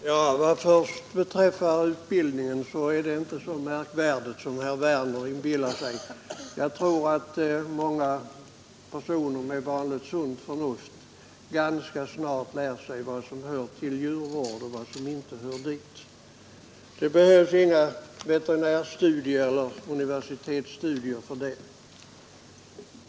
Herr talman! Vad först beträffar utbildningen är det inte så märkvärdigt som herr Werner i Malmö inbillar sig. Jag tror att många personer med vanligt sunt förnuft ganska snart lär sig vad som hör till djurvård och vad som inte hör dit. Det behövs inga veterinäreller universitetsstudier härför.